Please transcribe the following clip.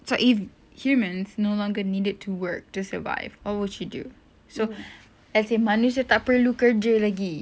so if humans no longer needed to work to survive what would you do so as in manusia tak perlu kerja lagi